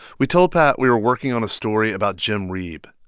we told pat we were working on a story about jim reeb.